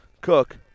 Cook